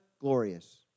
glorious